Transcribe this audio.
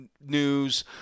news